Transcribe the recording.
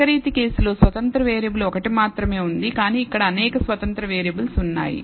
ఏకరీతి కేసులో స్వతంత్ర వేరియబుల్ ఒకటి మాత్రమే ఉంది కానీ ఇక్కడ అనేక స్వతంత్ర వేరియబుల్ ఉన్నాయి